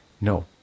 no